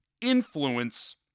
influence